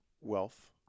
wealth